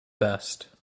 best